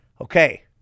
Okay